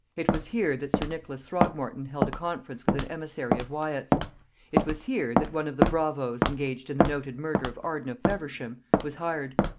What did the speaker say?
it was here that sir nicholas throgmorton held a conference with an emissary of wyat's it was here that one of the bravoes engaged in the noted murder of arden of feversham was hired.